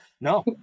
no